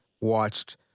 watched